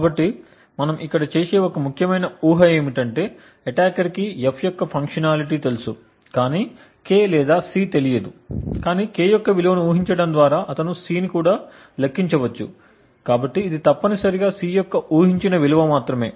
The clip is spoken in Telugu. కాబట్టి మనం ఇక్కడ చేసే ఒక ముఖ్యమైన ఊహ ఏమిటంటే అటాకర్ కి F యొక్క ఫంక్షనాలిటీ తెలుసు కానీ K లేదా C తెలియదు కానీ K యొక్క విలువను ఊహించటం ద్వారా అతను C ను కూడా లెక్కించవచ్చు కాబట్టి ఇది తప్పనిసరిగా C యొక్క ఊహించిన విలువ మాత్రమే